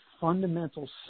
fundamental